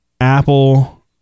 Apple